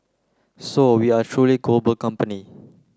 so we are a truly global company